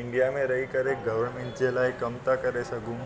India में रही करे गवर्नमेंट जे लाइ कम था करे सघूं